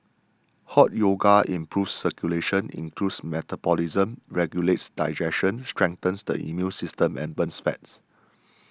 Hot Yoga improves circulation increases metabolism regulates digestion strengthens the immune system and burns fat